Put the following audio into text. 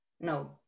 no